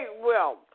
wealth